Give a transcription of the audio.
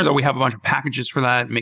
ah we have a bunch of packages for that,